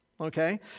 Okay